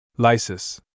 Lysis